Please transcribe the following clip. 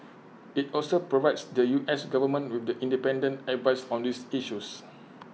IT also provides the U S Government with The Independent advice on these issues